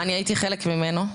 אני הייתי חלק ממנו.